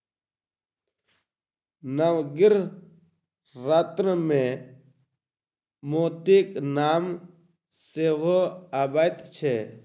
नवग्रह रत्नमे मोतीक नाम सेहो अबैत छै